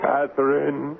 Catherine